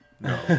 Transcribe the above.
no